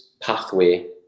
pathway